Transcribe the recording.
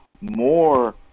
more